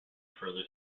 further